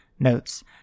Notes